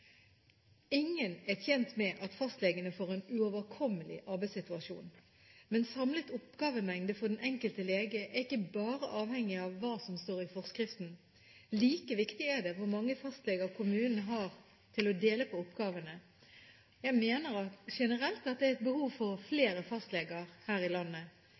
Ingen er tjent med at fastlegene får en uoverkommelig arbeidssituasjon. Men samlet oppgavemengde for den enkelte lege er ikke bare avhengig av hva som står i forskriften. Like viktig er det hvor mange fastleger kommunen har til å dele på oppgavene. Jeg mener generelt at det er behov for flere fastleger her i landet.